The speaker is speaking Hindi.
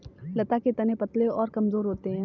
लता के तने पतले और कमजोर होते हैं